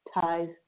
ties